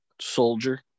soldier